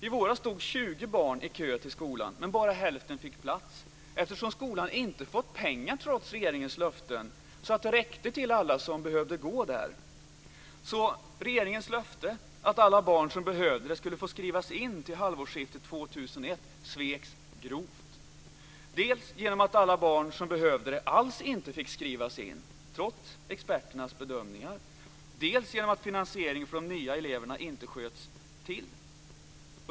I våras stod 20 barn i kö till skolan, men bara hälften fick plats eftersom skolan inte, trots regeringens löfte, hade fått pengar så att det räckte till alla som behövde gå där. Så regeringens löfte, att alla barn som behövde skulle få skrivas in till halvårsskiftet 2001, sveks grovt, dels genom att alla barn som behövde det inte alls fick skrivas in, trots experternas bedömningar, dels genom att pengarna för de nya eleverna inte sköts till.